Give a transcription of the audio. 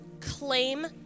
claim